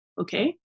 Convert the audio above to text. Okay